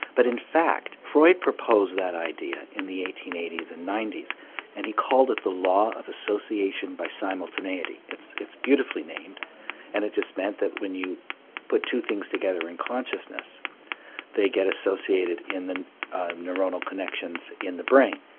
but in fact freud proposed that idea in the eighteen eighty s and ninety s and he called it the law of association by simultaneity it's it's beautifully named and it just meant that when you put two things together in consciousness they get associated in the neuronal connections in the brain.